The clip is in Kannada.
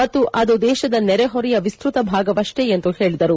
ಮತ್ತು ಅದು ದೇಶದ ನೆರೆಹೊರೆಯ ವಿಸ್ತತ ಭಾಗವಷ್ನೇ ಎಂದು ಹೇಳಿದರು